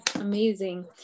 Amazing